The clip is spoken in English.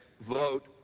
Vote